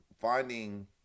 finding